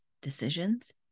decisions